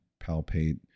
palpate